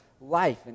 life